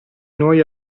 noi